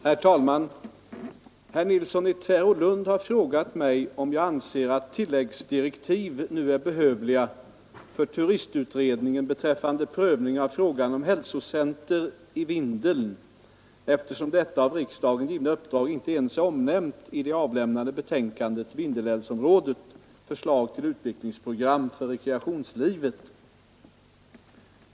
Herr talman! Herr Nilsson i Tvärålund har frågat mig om jag anser att tilläggsdirektiv nu är behövliga för turistutredningen beträffande prövning av frågan om hälsocenter i Vindeln, eftersom detta av riksdagen givna uppdrag inte ens är omnämnt i det avlämnade betänkandet Vindelälvsområdet, förslag till utvecklingsprogram för rekreationslivet.